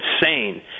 insane